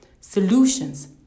solutions